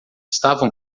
estavam